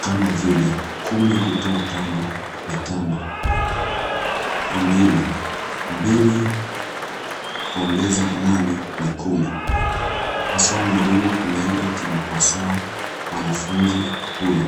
kama vile kumi kutoa tano ni tano. Ingine mbili kuongeza nane ni kumi haswa mwalimu ameenda akimkosoa mwanafunzi huyu.